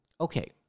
Okay